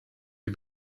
die